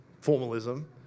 formalism